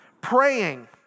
praying